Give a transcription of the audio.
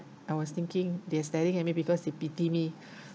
I was thinking they are staring at me because they pity me